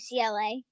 UCLA